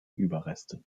überreste